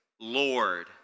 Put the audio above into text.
Lord